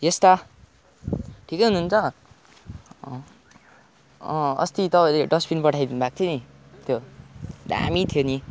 यस् दादा ठिकै हुनुहुन्छ अँ अँ अस्ति तपाइँले डस्टबिन पठाइदिनु भएको थियो नि त्यो दामी थियो नि